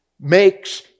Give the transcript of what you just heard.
makes